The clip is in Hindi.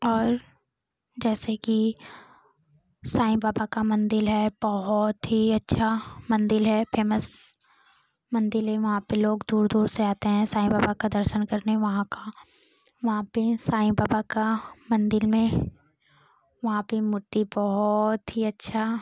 और जैसे कि साईं बाबा का मंदिर है बहुत ही अच्छा मंदिर है फेमस मंदिर है वहाँ पर लोग दूर दूर से आते हैं साईं बाबा का दर्शन करने वहाँ का वहाँ पर साईं बाबा का मंदिर में वहाँ पर मूर्ति बहुत ही अच्छा